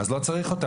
אז לא צריך אותה.